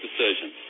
decision